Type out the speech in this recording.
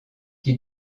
qui